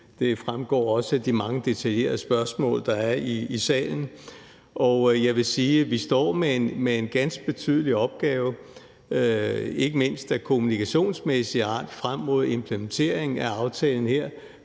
Det fremgår også af de mange detaljerede spørgsmål, der er i salen, og jeg vil sige, at vi står med en ganske betydelig opgave, ikke mindst af kommunikationsmæssig art, frem mod implementeringen af aftalen her,